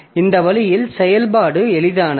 அந்த வழியில் செயல்பாடு எளிதானது